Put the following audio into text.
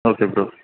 okay bro